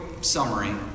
summary